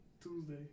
Tuesday